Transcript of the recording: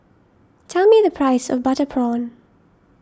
tell me the price of Butter Prawn